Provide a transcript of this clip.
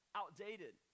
outdated